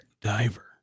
Diver